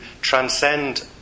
transcend